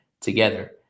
together